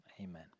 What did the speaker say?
Amen